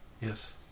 yes